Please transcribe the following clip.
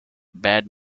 bad